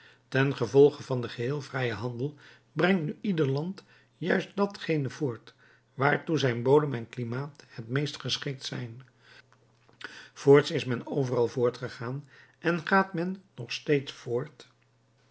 ten gevolge van den geheel vrijen handel brengt nu ieder land juist datgene voort waartoe zijn bodem en klimaat het meest geschikt zijn voorts is men overal voortgegaan en gaat men nog steeds voort